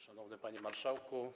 Szanowny Panie Marszałku!